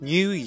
New